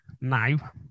now